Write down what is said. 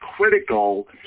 critical